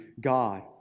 God